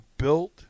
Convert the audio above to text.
Built